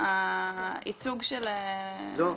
הייצוג של --- לא,